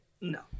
No